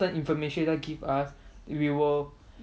certain information you would like to give us we will